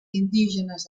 indígenes